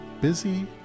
busy